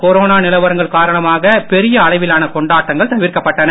corona நிலவரங்கள் காரணமாக பெரிய அளவிலான கொண்டாட்டங்கள் தவிர்க்கப்பட்டன